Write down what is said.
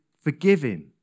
forgiving